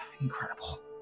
Incredible